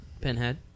pinhead